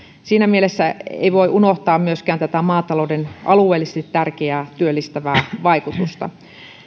siinä mielessä ei voi unohtaa myöskään tätä maatalouden alueellisesti tärkeää työllistävää vaikutusta